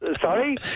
Sorry